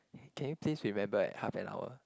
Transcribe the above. can you please remember at half an hour